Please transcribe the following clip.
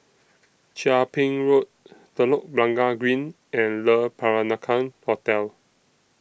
Chia Ping Road Telok Blangah Green and Le Peranakan Hotel